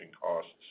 costs